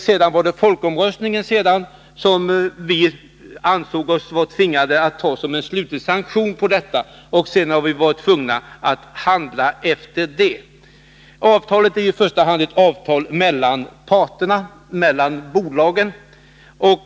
Sedan kom folkomröstningen, vars resultat vi ansåg oss tvingade att uppfatta som en slutlig sanktion för det beslutet. Vi har därefter varit tvungna att handla efter det. Avtalet är i första hand ett avtal mellan bolagen.